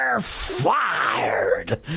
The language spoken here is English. fired